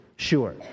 Sure